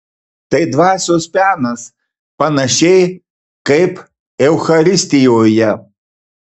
tai dvasios penas panašiai kaip eucharistijoje